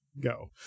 go